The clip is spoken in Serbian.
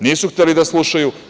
Nisu hteli da slušaju.